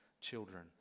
children